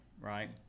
right